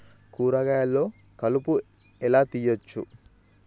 కూరగాయలలో కలుపు ఎలా తీయచ్చు?